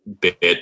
bit